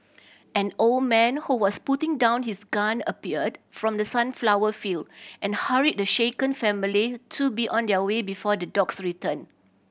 an old man who was putting down his gun appeared from the sunflower field and hurried the shaken family to be on their way before the dogs return